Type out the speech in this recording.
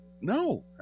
no